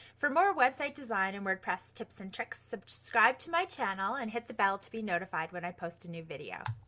for more website design and wordpress tips and tricks, subscribe to my channel and hit the bell to be notified when i post a new video.